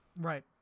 Right